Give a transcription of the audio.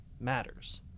matters